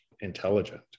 intelligent